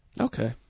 Okay